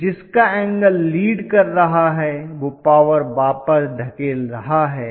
तो जिसका angle lead कर रहा है वह पावर वापस धकेल रहा है